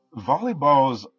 volleyballs